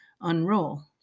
Unroll